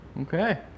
Okay